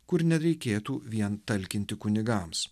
kur nereikėtų vien talkinti kunigams